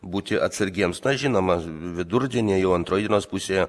būti atsargiems na žinoma vidurdienį jau antroj dienos pusėje